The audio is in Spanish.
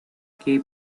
que